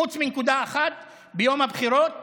חוץ מנקודה אחת: ביום הבחירות